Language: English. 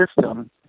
system